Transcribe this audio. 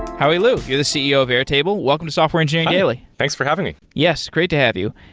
howie liu, you're the ceo of airtable. welcome to software engineering daily thanks for having me yes, great to have you.